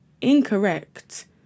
incorrect